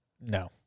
No